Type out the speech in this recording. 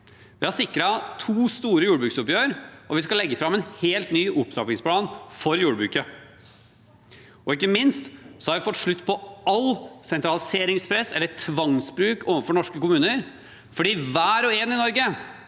Vi har sikret to store jordbruksoppgjør, og vi skal legge fram en helt ny opptrappingsplan for jordbruket. Ikke minst har vi fått slutt på alt sentraliseringspress eller all tvangsbruk overfor norske kommuner, for hver og en i Norge